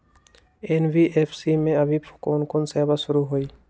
NBFC में अभी कोन कोन सेवा शुरु हई?